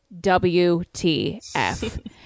WTF